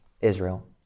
Israel